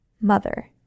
mother